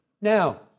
Now